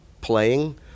playing